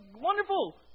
wonderful